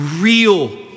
real